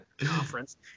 Conference